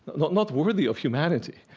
not not worthy of humanity,